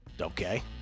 Okay